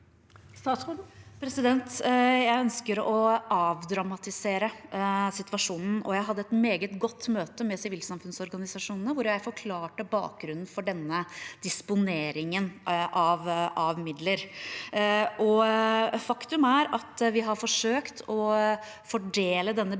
Tvinnereim Jeg ønsker å avdramatisere situasjonen. Jeg hadde et meget godt møte med sivilsamfunnsorganisasjonene, hvor jeg forklarte bakgrunnen for denne disponeringen av midler. Faktum er at vi har forsøkt å fordele denne